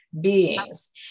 beings